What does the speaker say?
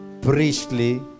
priestly